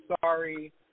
sorry